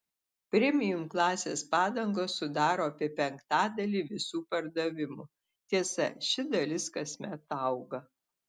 premium klasės padangos sudaro apie penktadalį visų pardavimų tiesa ši dalis kasmet auga